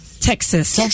Texas